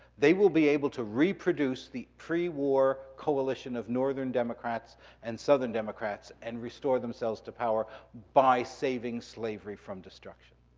they will be able to reproduce the prewar coalition of northern democrats and southern democrats and restore themselves to power by saving slavery from destruction.